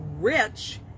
rich